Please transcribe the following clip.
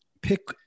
pick